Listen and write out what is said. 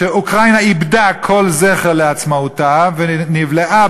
שאוקראינה איבדה כל זכר לעצמאותה ונבלעה